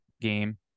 game